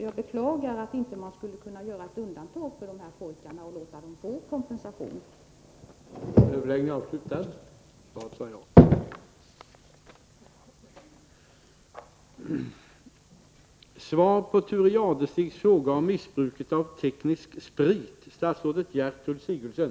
Jag beklagar att man inte kan tänka sig att göra ett undantag för de här pojkarna och låta dem få kompensation.